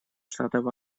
штатов